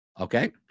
Okay